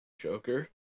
Joker